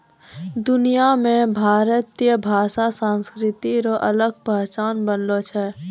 दुनिया मे भारतीय भाषा संस्कृति रो अलग पहचान बनलो छै